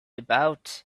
about